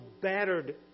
battered